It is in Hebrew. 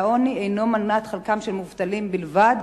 והעוני אינו מנת חלקם של מובטלים בלבד.